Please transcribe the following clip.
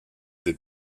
des